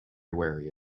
wary